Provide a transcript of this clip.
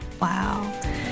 wow